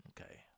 Okay